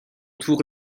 tour